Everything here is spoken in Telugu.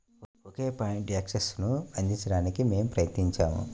ఒకే పాయింట్ యాక్సెస్ను అందించడానికి మేము ప్రయత్నించాము